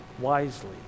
wisely